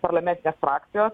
parlamentės frakcijos